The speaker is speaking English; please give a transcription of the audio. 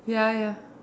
ya ya